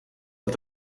dat